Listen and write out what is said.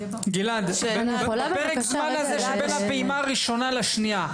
גלעד בפרק הזמן הזה שבין הפעימה הראשונה והשנייה,